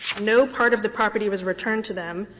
no part of the property was returned to them.